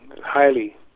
highly